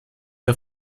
der